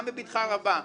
גם בבטחה רבה,